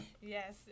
yes